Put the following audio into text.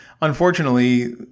Unfortunately